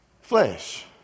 flesh